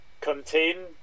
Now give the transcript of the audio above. contain